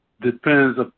depends